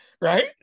right